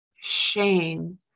shame